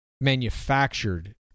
manufactured